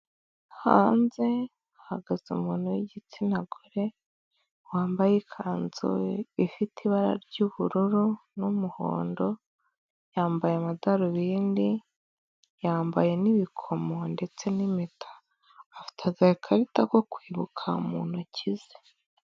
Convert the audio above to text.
Hanze ha hagaze umuntu w'igitsina gore wambaye ikanzu ifite ibara ry'ubururu n'umuhondo yambaye amadarubindi yambaye n'ibikomo ndetse n'impeta afite agakarita ko kwibuka mu ntoki ze.